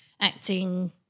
Acting